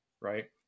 Right